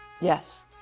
Yes